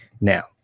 Now